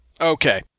Okay